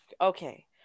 Okay